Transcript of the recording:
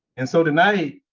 and so tonight,